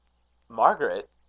margaret!